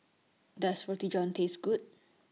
Does Roti John Taste Good